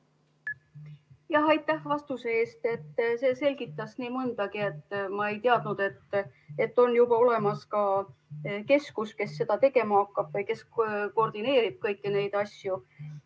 Aitäh vastuse eest! See selgitas nii mõndagi. Ma ei teadnud, et on juba olemas ka keskus, mis seda tegema hakkab või mis koordineerib kõiki neid asju,